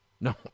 No